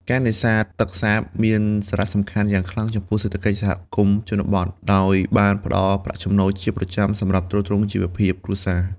ការនេសាទទឹកសាបមានសារៈសំខាន់យ៉ាងខ្លាំងចំពោះសេដ្ឋកិច្ចសហគមន៍ជនបទ ដោយបានផ្ដល់ប្រាក់ចំណូលជាប្រចាំសម្រាប់ទ្រទ្រង់ជីវភាពគ្រួសារ។